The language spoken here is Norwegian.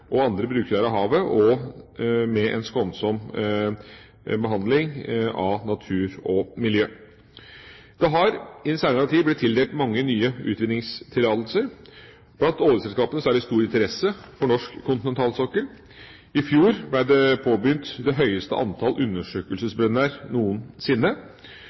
og andre brukere av havet, og med en skånsom behandling av natur og miljø. Det har i den senere tid blitt tildelt mange nye utvinningstillatelser. Blant oljeselskapene er det stor interesse for norsk kontinentalsokkel. I fjor ble det høyeste antall undersøkelsesbrønner noensinne